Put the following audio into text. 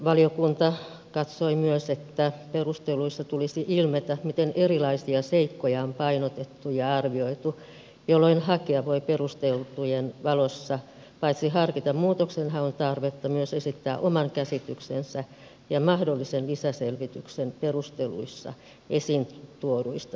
valiokunta katsoi myös että perusteluissa tulisi ilmetä miten erilaisia seikkoja on painotettu ja arvioitu jolloin hakija voi perustelujen valossa paitsi harkita muutoksenhaun tarvetta myös esittää oman käsityksensä ja mahdollisen lisäselvityksen perusteluissa esiin tuoduista seikoista